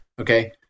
Okay